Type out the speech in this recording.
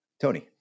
Tony